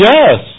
Yes